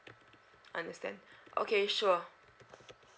understand okay sure